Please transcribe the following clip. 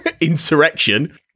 Insurrection